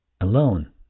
alone